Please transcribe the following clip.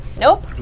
Nope